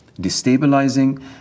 destabilizing